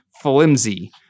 flimsy